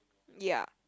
ya